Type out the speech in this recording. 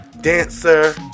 dancer